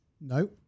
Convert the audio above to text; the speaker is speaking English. No